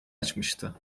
açmıştı